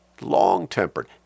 Long-tempered